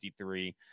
53